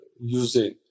using